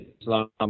Islam